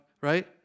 right